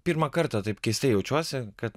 pirmą kartą taip keistai jaučiuosi kad